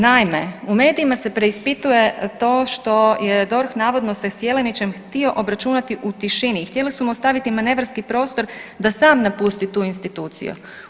Naime, u medijima se preispituje to što je DORH navodno se s Jelenićem htio obračunati u tišini i htjeli su mu ostaviti manevarski prostor da sam napusti tu instituciju.